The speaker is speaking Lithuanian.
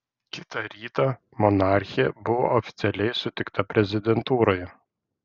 kitą rytą monarchė buvo oficialiai sutikta prezidentūroje